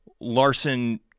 Larson